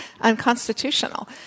unconstitutional